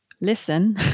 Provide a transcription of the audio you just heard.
listen